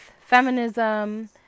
feminism